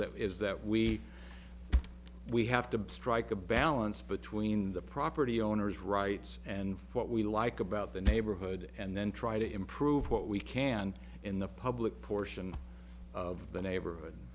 that is that we we have to strike a balance between the property owner's rights and what we like about the neighborhood and then try to improve what we can in the public portion of the neighborhood